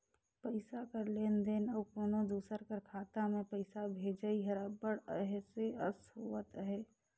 पइसा कर लेन देन अउ कोनो दूसर कर खाता में पइसा भेजई हर अब्बड़ असे अस होवत अहे